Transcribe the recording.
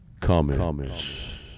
comments